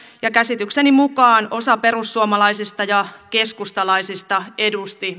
ja käsitykseni mukaan myös osa perussuomalaisista ja keskustalaisista edusti